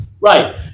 Right